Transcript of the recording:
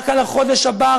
רק על החודש הבא,